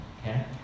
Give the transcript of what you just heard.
Okay